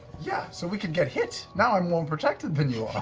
yeah, so we could get hit! now i'm more protected than you are!